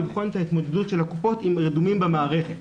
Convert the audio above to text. לבחון את ההתמודדות של הקופות עם רדומים במערכת,